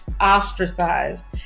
ostracized